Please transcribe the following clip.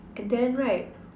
and then right